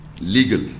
legal